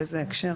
באיזה הקשר.